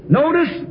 notice